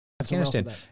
Afghanistan